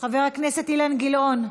חבר הכנסת אילן גילאון,